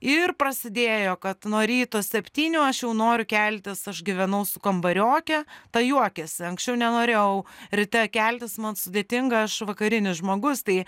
ir prasidėjo kad nuo ryto septynių aš jau noriu keltis aš gyvenau su kambarioke ta juokiasi anksčiau nenorėjau ryte keltis man sudėtinga aš vakarinis žmogus tai